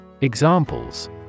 Examples